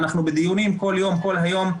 אנחנו בדיונים כל יום כל היום,